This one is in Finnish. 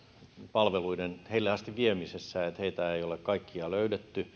palveluiden heille asti viemisessä että heitä ei ole kaikkia löydetty